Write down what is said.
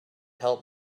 help